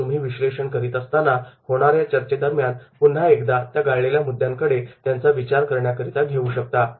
कारण तुम्ही विश्लेषण करीत असताना होणाऱ्या चर्चेदरम्यान पुन्हा एकदा त्या गाळलेल्या मुद्द्यांकडे त्यांचा विचार करण्याकरिता येऊ शकता